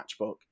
Matchbook